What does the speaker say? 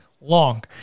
long